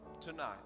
tonight